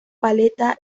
paleta